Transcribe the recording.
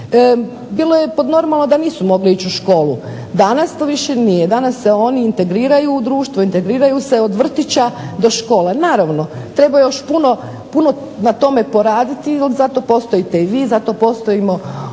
bilo je pod normalno da nisu mogli ići u školu, danas to više nije, danas se oni integriraju u društvo, integriraju se od vrtića do škole. Naravno treba još puno na tome poraditi, ali zato postojite i vi, zato postojimo